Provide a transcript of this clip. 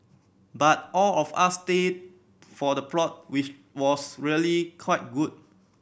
but all of us stayed for the plot which was really quite good